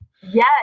Yes